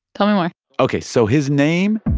tell me more ok. so his name